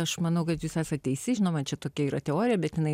aš manau kad jūs esate teisi žinoma čia tokia yra teorija bet jinai